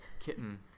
Kitten